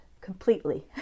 completely